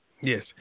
Yes